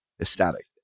ecstatic